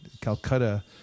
Calcutta